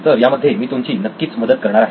तर यामध्ये मी तुमची नक्कीच मदत करणार आहे